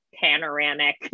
panoramic